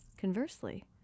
conversely